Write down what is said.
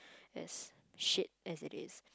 as shit as it is